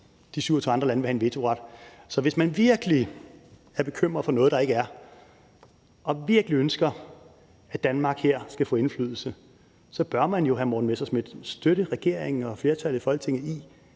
de 27 andre lande vil have vetoret. Så hvis man virkelig er bekymret for noget, der ikke er, og virkelig ønsker, at Danmark skal få indflydelse her, bør man jo, hr. Morten Messerschmidt, støtte regeringen og et flertal i Folketinget i,